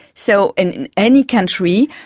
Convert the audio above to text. so in any country,